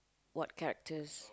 what characters